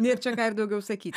nėr čia ką ir daugiau sakyt